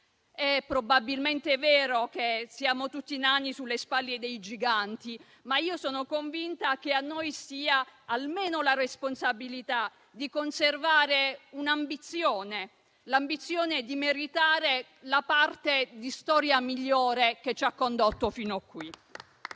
È probabilmente vero che siamo tutti nani sulle spalle dei giganti, ma io sono convinta che a noi spetti almeno la responsabilità di conservare l'ambizione di meritare la parte di storia migliore che ci ha condotto fino a qui.